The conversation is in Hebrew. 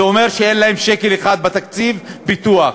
זה אומר שאין להן שקל אחד בתקציב בפיתוח.